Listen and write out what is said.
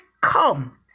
Come